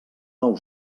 nou